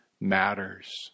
matters